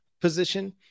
position